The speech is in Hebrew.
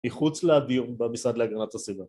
מחוץ לדיון במשרד להגרנת הסביבה